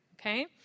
okay